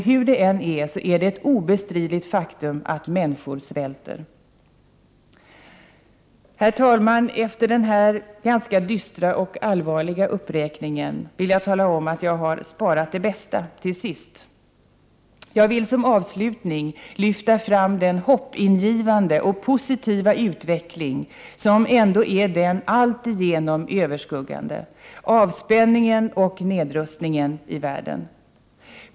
Hur det än är så är det ett obestridligt faktum att människor svälter. Herr talman! Efter den här ganska dystra och allvarliga uppräkningen vill jag tala om att jag har sparat det bästa till sist. Jag vill som avslutning lyfta fram den hoppingivande och positiva utveckling som ändå är den alltigenom överskuggande: Avspänningen och nedrustningen i världen!